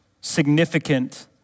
significant